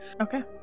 Okay